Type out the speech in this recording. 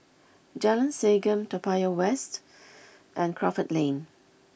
Jalan Segam Toa Payoh West and Crawford Lane